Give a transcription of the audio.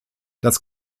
das